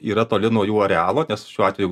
yra toli nuo jų arealo nes šiuo atveju